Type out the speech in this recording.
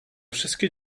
wszystkie